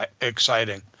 exciting